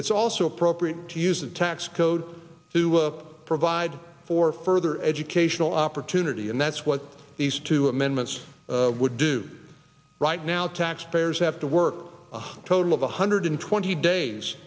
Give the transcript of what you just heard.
it's also appropriate to use the tax code to provide for further educational opportunity and that's what these two amendments would do right now taxpayers have to work total of one hundred twenty days